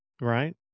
right